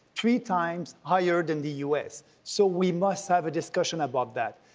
three times higher than the u s. so we must have a discussion about that.